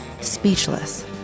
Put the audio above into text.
speechless